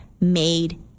made